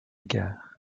gare